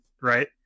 right